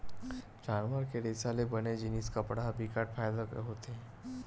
जानवर के रेसा ले बने जिनिस कपड़ा ह बिकट फायदा के होथे